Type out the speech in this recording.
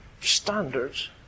standards